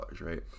right